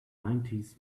nineties